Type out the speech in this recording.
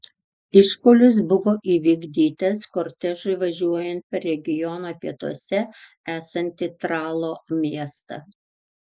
išpuolis buvo įvykdytas kortežui važiuojant per regiono pietuose esantį tralo miestą